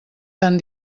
tan